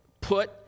put